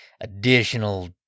additional-